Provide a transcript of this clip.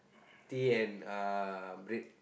tea and uh bread